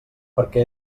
perquè